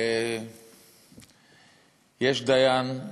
יש דיין,